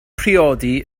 priodi